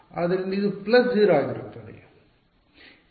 ಆದ್ದರಿಂದ ಇದು 0 ಪ್ಲಸ್ ಆಗಿರುತ್ತದೆ